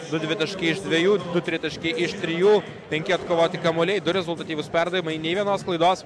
du dvitaškį iš dviejų du tritaškį iš trijų penki atkovoti kamuoliai du rezultatyvūs perdavimai nė vienos klaidos